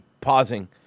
pausing